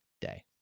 day